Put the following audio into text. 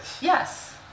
Yes